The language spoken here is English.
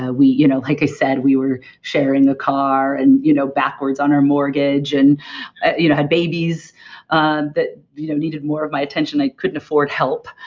ah we you know like i said, we were sharing the car and you know backwards on our mortgage and you know had babies um that you know needed more of my attention. i couldn't afford help.